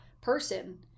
person